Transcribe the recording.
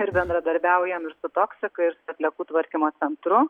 ir bendradarbiaujam ir su toksika ir su atliekų tvarkymo centru